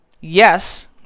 yes